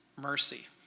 Mercy